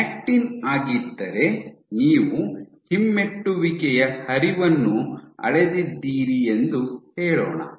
actin ಆಗಿದ್ದರೆ ನೀವು ಹಿಮ್ಮೆಟ್ಟುವಿಕೆಯ ಹರಿವನ್ನು ಅಳೆದಿದ್ದಿರಿ ಎಂದು ಹೇಳೋಣ